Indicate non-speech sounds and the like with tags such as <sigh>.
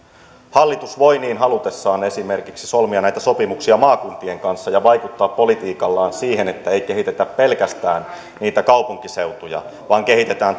hallitus voi niin halutessaan esimerkiksi solmia näitä sopimuksia maakuntien kanssa ja vaikuttaa politiikallaan siihen että ei kehitetä pelkästään niitä kaupunkiseutuja vaan kehitetään <unintelligible>